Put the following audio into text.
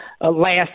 last